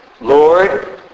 Lord